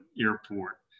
Airport